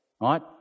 Right